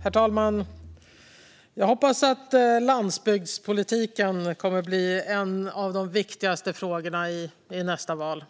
Herr talman! Jag hoppas att landsbygdspolitiken blir en av de viktigaste frågorna i valet.